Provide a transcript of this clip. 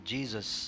Jesus